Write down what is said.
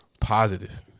positive